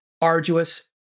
arduous